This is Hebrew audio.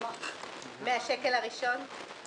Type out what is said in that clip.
מהשקל הראשון?